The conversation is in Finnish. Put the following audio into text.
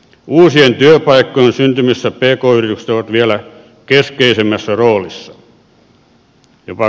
uusien työpaikkojen syntymisessä pk yritykset ovat vielä keskeisemmässä roolissa